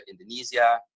Indonesia